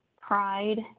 pride